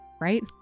right